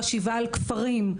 חשיבה על כפרים,